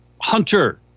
Hunter